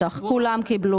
כן, כולם קיבלו.